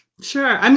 Sure